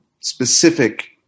specific